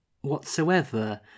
whatsoever